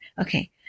Okay